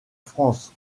france